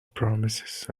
promises